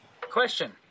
Question